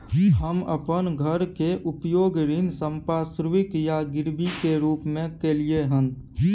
हम अपन घर के उपयोग ऋण संपार्श्विक या गिरवी के रूप में कलियै हन